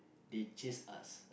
they chase us